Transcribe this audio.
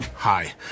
Hi